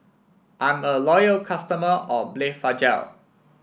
I'm a loyal customer of Blephagel